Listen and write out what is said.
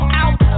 out